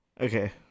Okay